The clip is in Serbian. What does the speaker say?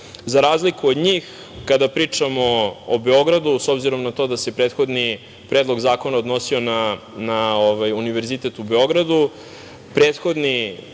razliku od njih kada pričamo o Beogradu, s obzirom na to da se prethodni Predlog zakona odnosio na Univerzitet u Beogradu,